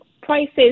prices